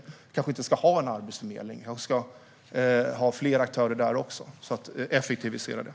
Vi kanske inte ska ha en arbetsförmedling utan ha fler aktörer där också för att effektivisera det.